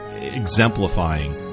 exemplifying